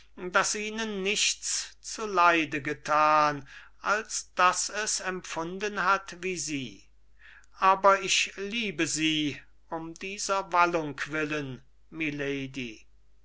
das ihnen nichts zu leide gethan als daß es empfunden hat wie sie aber ich liebe sie um dieser wallung willen milady